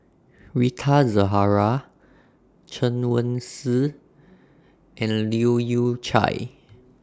Rita Zahara Chen Wen Hsi and Leu Yew Chye